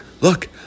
look